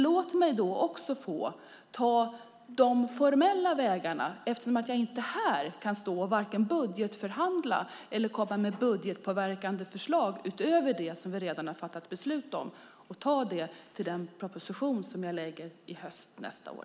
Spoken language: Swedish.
Låt mig då också få ta de formella vägarna, eftersom jag inte här kan vare sig budgetförhandla eller komma med budgetpåverkande förslag utöver det som vi redan har fattat beslut om, och ta det i den proposition som jag lägger fram hösten nästa år.